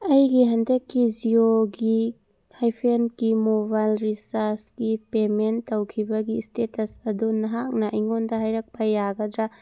ꯑꯩꯒꯤ ꯍꯟꯗꯛꯀꯤ ꯖꯤꯌꯣꯒꯤ ꯍꯥꯏꯐꯦꯟ ꯀꯤ ꯃꯣꯕꯥꯏꯜ ꯔꯤꯆꯥꯔꯖꯀꯤ ꯄꯦꯃꯦꯟ ꯇꯧꯈꯤꯕꯒꯤ ꯁ꯭ꯇꯦꯇꯁ ꯑꯗꯨ ꯅꯍꯥꯛꯅ ꯑꯩꯉꯣꯟꯗ ꯍꯥꯏꯔꯛꯄ ꯌꯥꯒꯗ꯭ꯔꯥ